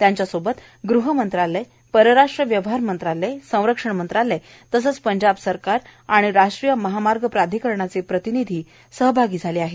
त्यांच्यासोबत गृहमंत्रालय परराष्ट्र व्यवहार मंत्रालय संरक्षण मंत्रालय तसंच पंजाब सरकार आणि राष्ट्रीय महामार्ग प्राधिकरणाचे प्रतिनिधी चर्चेत सहभागी झाले आहेत